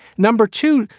number two,